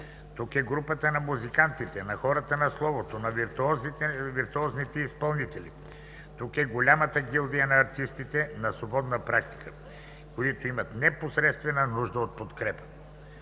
Тук е групата на музикантите, на хората на словото, на виртуозните изпълнители. Тук е голямата гилдия на артистите на свободна практика, които имат непосредствена нужда от подкрепа.